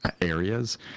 areas